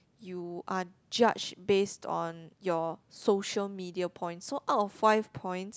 you are judged based on your social media point so out of five points